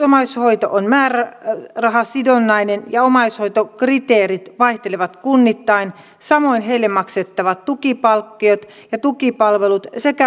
sopimusomaishoito on määrärahasidonnainen ja omaishoitokriteerit vaihtelevat kunnittain samoin heille maksettavat tukipalkkiot ja tukipalvelut sekä vapaapäivien järjestelyt